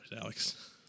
Alex